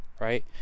right